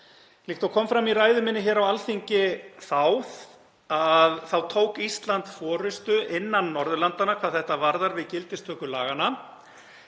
Líkt og kom fram í ræðu minni hér á Alþingi tók Ísland forystu innan Norðurlandanna hvað þetta varðar við gildistöku laganna